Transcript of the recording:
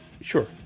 sure